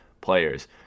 players